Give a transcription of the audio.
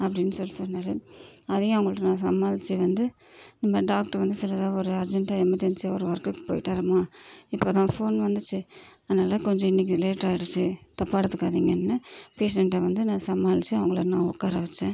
அப்படின்னு சொல்லிட்டு சொன்னார் அதையும் அவங்கள்ட்ட நான் சமாளித்து வந்து இந்தமாதிரி டாக்டரு வந்து சின்னதாக ஒரு அர்ஜென்ட்டாக எமர்ஜன்சியாக ஒரு ஒர்க்குக்கு போய்விட்டாரும்மா இப்போதான் ஃபோன் வந்துச்சு அதனால் கொஞ்சம் இன்றைக்கி லேட்டாகிடுச்சு தப்பாக எடுத்துக்காதிங்கன்னு பேஷண்ட்டை வந்து நான் சமாளித்து அவங்கள நான் உட்கார வச்சேன்